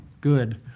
good